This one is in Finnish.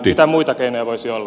mitä muita keinoja voisi olla